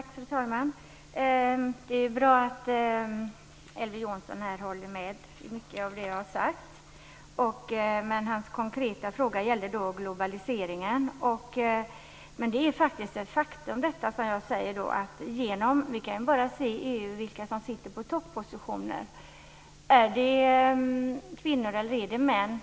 Fru talman! Det är bra att Elver Jonsson håller med om mycket av det jag har sagt. Men hans konkreta fråga gällde globaliseringen. Det jag säger är ett faktum. Vi kan bara titta närmare på vilka som sitter på toppositioner i EU. Är det kvinnor eller är det män?